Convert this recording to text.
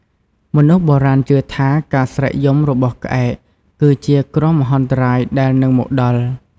មនុស្សបុរាណជឿថា ការស្រែកយំរបស់ក្អែក គឺជាគ្រោះមហន្តរាយដែលនឹងមកដល់។